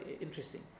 interesting